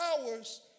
hours